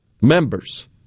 members